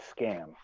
scam